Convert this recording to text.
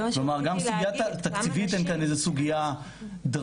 גם תקציבית אין כאן איזו סוגיה דרמטית,